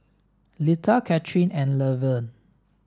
Litha Cathryn and Levern